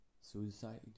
suicide